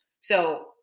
So-